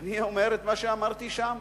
אני אומר את מה שאמרתי שם: